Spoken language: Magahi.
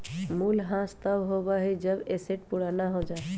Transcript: मूल्यह्रास तब होबा हई जब कोई एसेट पुराना हो जा हई